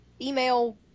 email